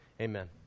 Amen